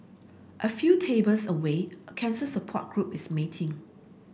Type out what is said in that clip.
a few tables away a cancer support group is meeting